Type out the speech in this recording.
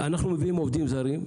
אנחנו מביאים עובדים זרים.